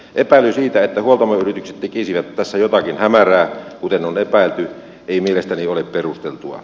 epäily siitä että huoltamoyritykset tekisivät tässä jotakin hämärää kuten on epäilty ei mielestäni ole perusteltua